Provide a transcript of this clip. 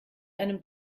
einem